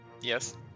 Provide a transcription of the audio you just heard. Yes